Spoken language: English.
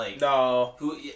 No